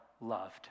loved